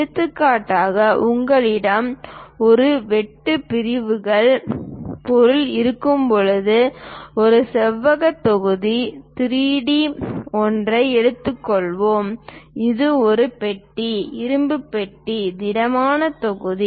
எடுத்துக்காட்டாக உங்களிடம் ஒரு வெட்டு பிரிவுகள் பொருள் இருக்கும்போது ஒரு செவ்வக தொகுதி 3D ஒன்றை எடுத்துக்கொள்வோம் அது ஒரு பெட்டி இரும்பு பெட்டி திடமான தொகுதி